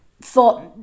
thought